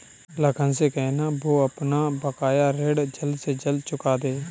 लखन से कहना, वो अपना बकाया ऋण जल्द से जल्द चुका दे